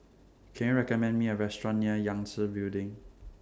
Can YOU recommend Me A Restaurant near Yangtze Building